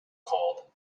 called